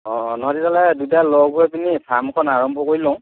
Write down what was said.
অঁ অঁ নহয় তেতিয়াহ'লে দুইটাই লগ হৈ পিনি ফাৰ্মখন আৰম্ভ কৰি লওঁ